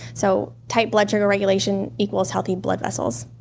so tight blood sugar regulation equals healthy blood vessels,